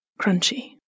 crunchy